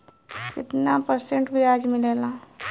कितना परसेंट ब्याज मिलेला?